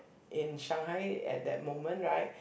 in Shanghai at that moment right